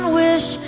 wish